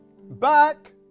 back